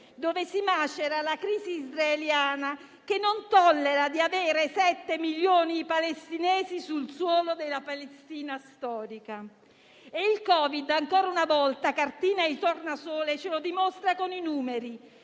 dove si macera la crisi israeliana, che non tollera di avere 7 milioni di palestinesi sul suolo della Palestina storica. Il Covid, ancora una volta cartina di tornasole, ce lo dimostra con i numeri: